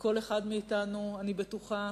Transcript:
שכל אחד מאתנו, אני בטוחה,